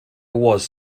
was